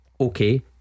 Okay